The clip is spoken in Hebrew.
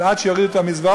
אז עד שיורידו את המזוודות,